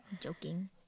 Joking